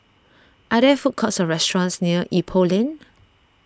are there food courts or restaurants near Ipoh Lane